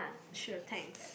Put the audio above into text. sure thanks